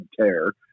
tear